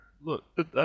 Look